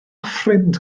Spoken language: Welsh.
ffrind